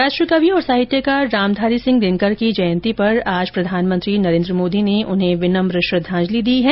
राष्ट्रकवि और साहित्यकार रामधारी सिंह दिनकर की जयंती पर आज प्रधानमंत्री नरेन्द्र मोदी ने उन्हें विनम्र श्रद्वांजलि दी है